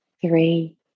three